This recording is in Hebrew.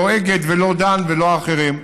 לא אגד ולא דן ולא האחרים.